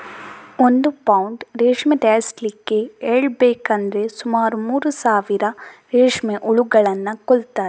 ಒಂದು ಪೌಂಡ್ ರೇಷ್ಮೆ ತಯಾರಿಸ್ಲಿಕ್ಕೆ ಹೇಳ್ಬೇಕಂದ್ರೆ ಸುಮಾರು ಮೂರು ಸಾವಿರ ರೇಷ್ಮೆ ಹುಳುಗಳನ್ನ ಕೊಲ್ತಾರೆ